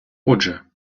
отже